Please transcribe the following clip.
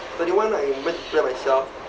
thirty-one I went to plan myself